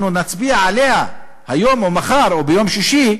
נצביע עליה היום או מחר או ביום שישי: